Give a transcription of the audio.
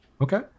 Okay